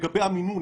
לגבי המינון,